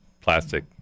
plastic